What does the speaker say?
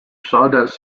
sawdust